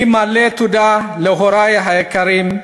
אני מלא תודה להורי היקרים.